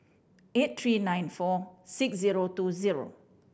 eight three nine four six zero two zero